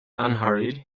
unhurried